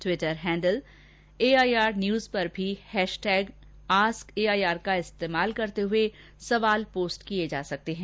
Twitter handle पतदमू पर भी रुजंह आस्क एआईआर का इस्तेमाल करते हुए सवाल पोस्ट किये जा सकते हैं